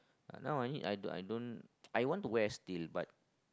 now I need I don't I don't I want to wear still but